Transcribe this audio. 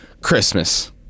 Christmas